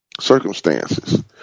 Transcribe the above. circumstances